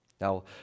Now